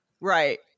right